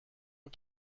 aux